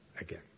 again